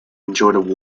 enjoyed